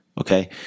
Okay